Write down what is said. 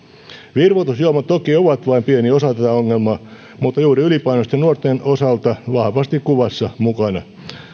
virvoitusjuomat toki ovat vain pieni osa tätä ongelmaa mutta juuri ylipainoisten nuorten osalta vahvasti kuvassa mukana